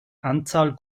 anzahl